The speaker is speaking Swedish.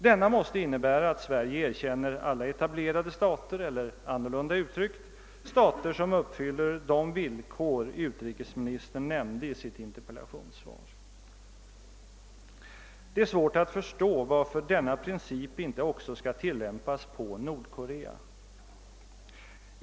Denna måste innebära att Sverige erkänner alla etablerade stater eller, annorlunda uttryckt, stater som uppfyller de villkor utrikesministern nämnde i sitt interpellationssvar. Det är svårt att förstå varför denna princip inte också skall tillämpas på Nordkorea.